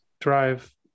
drive